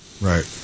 Right